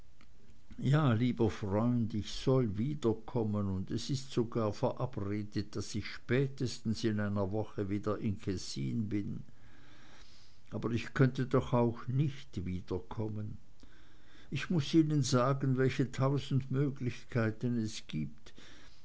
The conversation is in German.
ja lieber freund ich soll wiederkommen und es ist sogar verabredet daß ich spätestens in einer woche wieder in kessin bin aber ich könnte doch auch nicht wiederkommen muß ich ihnen sagen welche tausend möglichkeiten es gibt